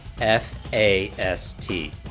F-A-S-T